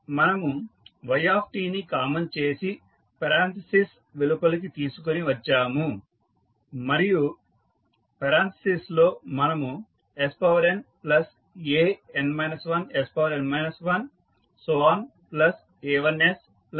మనము yt ని common చేసి పెరాంథసిస్ వెలుపలికి తీసుకొని వచ్చాము మరియు పెరాంథసిస్ లో మనము snan 1sn 1